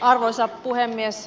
arvoisa puhemies